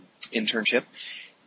internship